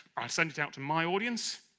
i send it out to my audience,